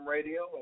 Radio